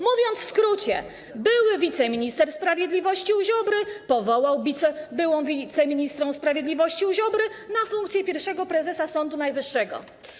Mówiąc w skrócie, były wiceminister sprawiedliwości u Ziobry powołał byłą wiceministrę sprawiedliwości u Ziobry na funkcję pierwszego prezesa Sądu Najwyższego.